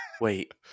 wait